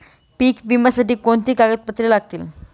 पीक विम्यासाठी कोणती कागदपत्रे लागतील?